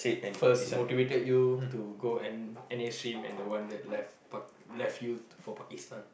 first motivated you to go N~ N_A stream and the one that left Pak~ left you for Pakistan